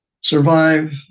survive